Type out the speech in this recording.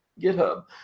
GitHub